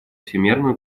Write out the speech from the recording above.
всемерную